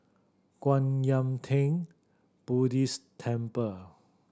Kwan Yam Theng Buddhist Temple